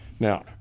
Now